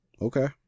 Okay